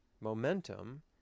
momentum